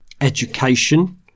education